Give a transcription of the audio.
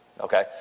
okay